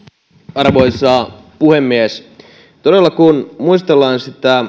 arvoisa puhemies todella kun muistellaan